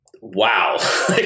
wow